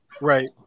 Right